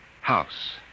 house